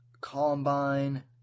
Columbine